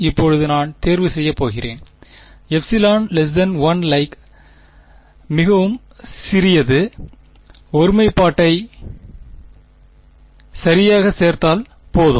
இப்போது நான் தேர்வு செய்யப் போகிறேன் 1 மிகவும் சிறியது ஒருமைப்பாட்டை சரியாகச் சேர்த்தால் போதும்